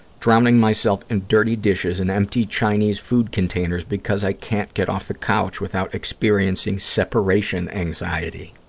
drowning myself in dirty dishes and empty chinese food containers because i can't get off the couch without experiencing separation anxiety.